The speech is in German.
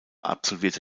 absolvierte